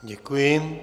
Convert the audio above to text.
Děkuji.